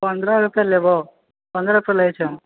पन्द्रह रुपए लेबहुँ पन्द्रहके लै छहहुँ